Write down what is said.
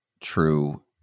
true